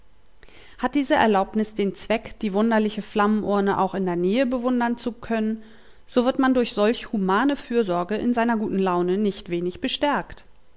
hat diese erlaubnis den zweck die wunderliche flammenurne auch in der nähe bewundern zu können so wird man durch solch humane fürsorge in seiner guten laune nicht wenig bestärkt